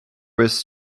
was